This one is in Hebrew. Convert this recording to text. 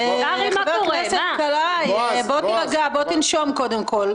חבר הכנסת קרעי, תירגע, תנשום, קודם כל.